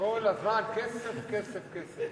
כל הזמן כסף, כסף, כסף.